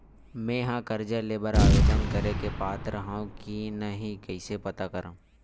मेंहा कर्जा ले बर आवेदन करे के पात्र हव की नहीं कइसे पता करव?